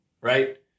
Right